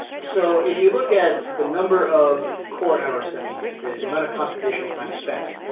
so if you look at so the number of core hours that we used, the the amount of computational time spent,